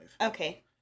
Okay